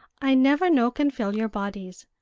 i never no can fill your bodies.